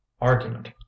argument